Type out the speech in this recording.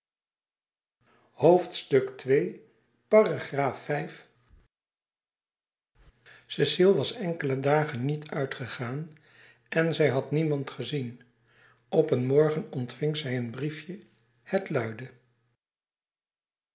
cecile was enkele dagen niet uitgegaan en zij had niemand gezien op een morgen ontving zij een briefje het luidde